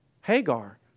Hagar